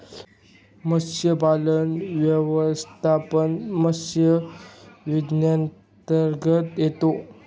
मत्स्यव्यवसाय व्यवस्थापन मत्स्य विज्ञानांतर्गत येते